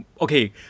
Okay